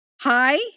Hi